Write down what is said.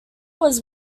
was